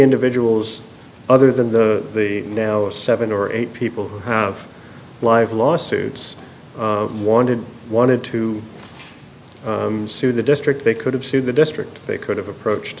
individuals other than the now seven or eight people who have live lawsuits wanted wanted too sued the district they could have sued the district they could have approached